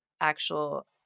actual